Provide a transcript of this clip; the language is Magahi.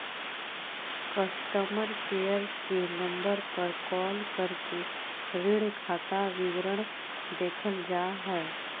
कस्टमर केयर के नम्बर पर कॉल करके ऋण खाता विवरण देखल जा हय